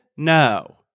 No